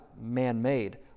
man-made